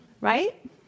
right